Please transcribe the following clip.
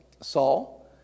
Saul